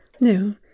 No